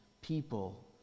people